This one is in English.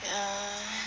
err